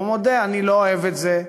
הוא מודה: אני לא אוהב את זה,